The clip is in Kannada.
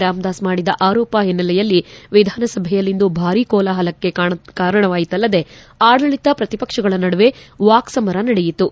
ರಾಮದಾಸ್ ಮಾಡಿದ ಆರೋಪ ಒನ್ನೆಲೆಯಲ್ಲಿ ವಿಧಾನಸಭೆಯಲ್ಲಿಂದು ಭಾರೀ ಕೋಲಾಹಲಕ್ಕೆ ಕಾರಣವಾಯಿತಲ್ಲದೆ ಆಡಳಿತ ಪ್ರತಿಪಕ್ಷಗಳ ನಡುವೆ ವಾಕ್ಸಮರ ನಡೆಯಿತು